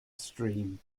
stream